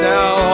Now